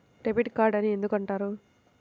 Debit card అని ఎందుకు అంటారు?